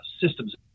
systems